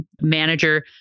manager